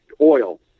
oil